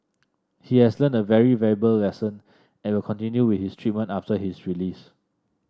he has learnt a very valuable lesson and will continue with his treatment after his release